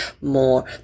more